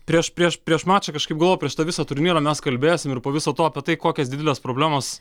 prieš prieš prieš mačą kažkaip galvojau prieš tą visą turnyrą mes kalbėsim ir po viso to apie tai kokias dideles problemas